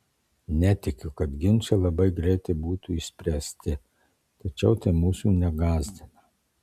netikiu kad ginčai labai greitai būtų išspręsti tačiau tai mūsų negąsdina